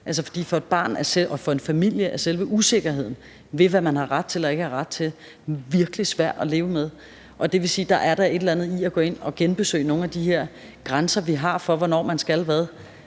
For for et barn og for en familie er selve usikkerheden ved, hvad man har ret til og ikke har ret til, virkelig svær at leve med, og det vil sige, at der da er en idé i med mellemrum at gå ind og genbesøge nogle af de her grænser, vi har, for hvornår man skal hvad,